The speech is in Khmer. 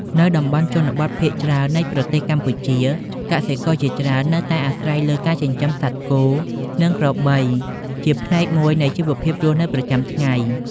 នៅតំបន់ជនបទភាគច្រើននៃប្រទេសកម្ពុជា កសិករជាច្រើននៅតែអាស្រ័យលើការចិញ្ចឹមសត្វគោ និងក្របីជាផ្នែកមួយនៃជីវភាពរស់នៅប្រចាំថ្ងៃ។